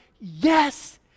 yes